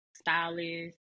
stylist